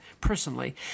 personally